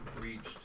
reached